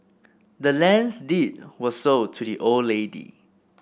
the land's deed was sold to the old lady